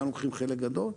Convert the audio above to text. גם לוקחים חלק גדול.